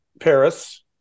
Paris